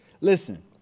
Listen